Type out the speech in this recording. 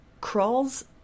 crawls